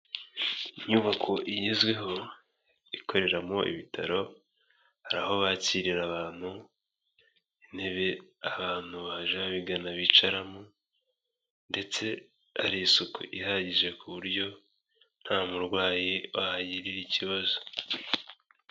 Inyubako igezweho ikoreramo ibitaro, hari aho bakirira abantu, intebe abantu baje babigana bicaramo, ndetse hari isuku ihagije ku buryo nta murwayi wahagirira ikibazo.